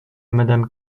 madame